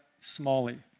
Smalley